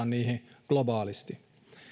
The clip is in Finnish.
niihin globaalisti